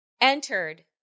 entered